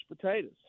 potatoes